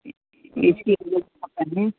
ए C room खपेनि